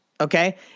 Okay